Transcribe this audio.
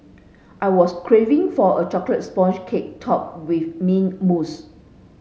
I was craving for a chocolate sponge cake topped with mint mousse